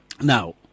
now